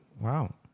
wow